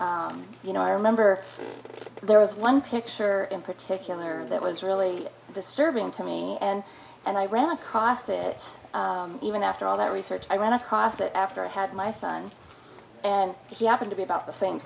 and you know i remember there was one picture in particular that was really disturbing to me and and i ran across it even after all that research i went to toss it after i had my son and he happened to be about the same